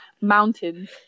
mountains